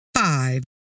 five